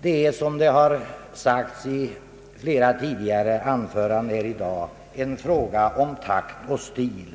Det är, som har sagts i flera tidigare anföranden här i dag, en fråga om takt och stil.